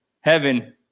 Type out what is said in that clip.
heaven